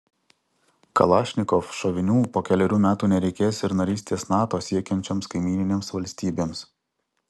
kalašnikov šovinių po kelerių metų nereikės ir narystės nato siekiančioms kaimyninėms valstybėms